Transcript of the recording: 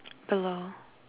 below